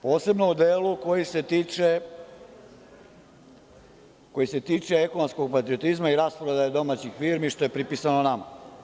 Posebno u delu koji se tiče ekonomskog patriotizma i rasprodaja domaćih firmi, što je pripisano nama.